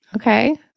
Okay